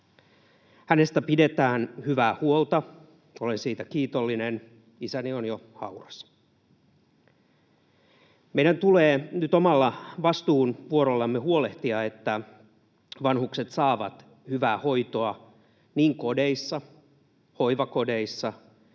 Hänestä pidetään hyvää huolta, olen siitä kiitollinen, isäni on jo hauras. Meidän tulee nyt omalla vastuuvuorollamme huolehtia, että vanhukset saavat hyvää hoitoa niin kodeissa kuin hoivakodeissa